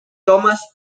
thomas